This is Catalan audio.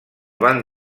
van